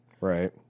Right